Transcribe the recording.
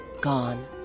gone